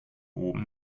oben